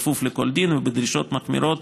בכפוף לכל דין ובדרישות מחמירות,